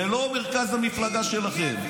זה לא מרכז המפלגה שלכם.